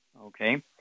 okay